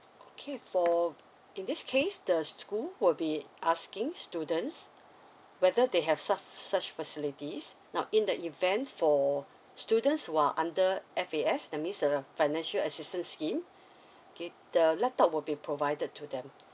okay for in this case the school will be asking students whether they have such such facilities now in the event for students who are under F_A_S that means uh financial assistance scheme okay the laptop will be provided to them